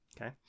Okay